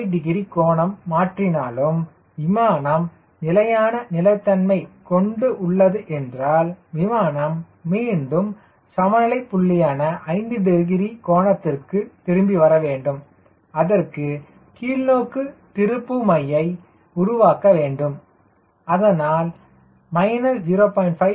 5 degree கோணம் மாற்றினாலும் விமானம் நிலையான நிலைத்தன்மை கொண்டுள்ளது என்றால் விமானம் மீண்டும் சமநிலை புள்ளியான 5 டிகிரி கோணத்திற்கு திரும்பி வரவேண்டும் அதற்கு கீழ்நோக்கு திருப்புமையை உருவாக்க வேண்டும் அதனால் 0